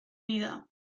vida